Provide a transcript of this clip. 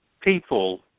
people